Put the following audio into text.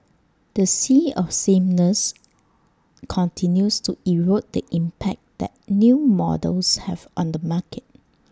the sea of sameness continues to erode the impact that new models have on the market